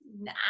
No